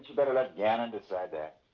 better let gannon decide that?